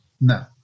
No